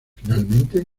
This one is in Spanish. finalmente